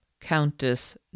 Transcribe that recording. Countess